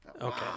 Okay